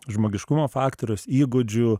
žmogiškumo faktorius įgūdžių